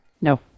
No